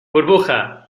burbuja